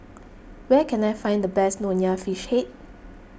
where can I find the best Nonya Fish Head